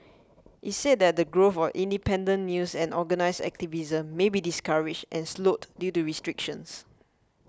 it said that the growth for independent news and organised activism may be discouraged and slowed due to restrictions